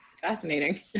fascinating